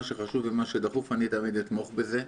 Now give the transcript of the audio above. שחשוב ומה שדחוף - אני תמיד אתמוך בזה.